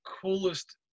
coolest